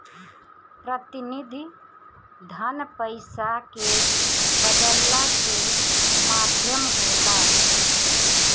प्रतिनिधि धन पईसा के बदलला के माध्यम होला